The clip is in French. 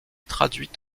traduite